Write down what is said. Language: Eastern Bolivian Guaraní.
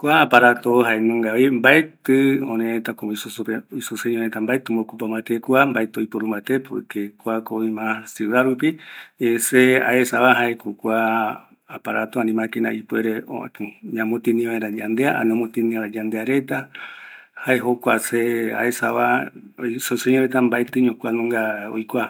Kua tembiporu jaenungavi örërëta mbaeti riopuru mbate kua, kuako mas oi ciudad rupi, se aesava jaeko kua tembiporu ñamotïni vaera yandea, omotïnivaera yandeareta, jae aesava, ore mbaetiño roikua